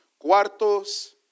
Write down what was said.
cuartos